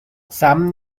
sam